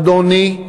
אדוני,